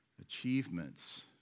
achievements